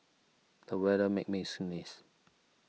the weather made me sneeze